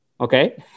okay